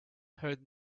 heard